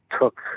took